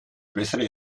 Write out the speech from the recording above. bessere